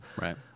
Right